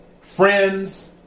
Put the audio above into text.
friends